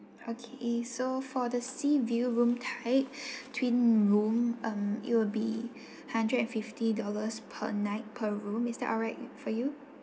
okay so for the sea view room type twin room um it will be hundred and fifty dollars per night per room is that all right for you